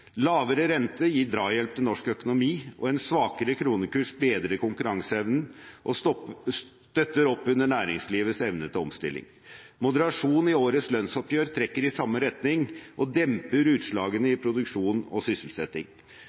Lavere rente gir drahjelp til norsk økonomi, og en svakere kronekurs bedrer konkurranseevnen og støtter opp under næringslivets evne til omstilling. Moderasjon i årets lønnsoppgjør trekker i samme retning og demper utslagene i produksjon og sysselsetting.